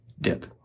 dip